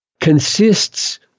consists